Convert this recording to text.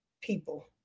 people